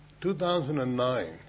2009